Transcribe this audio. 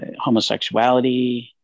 homosexuality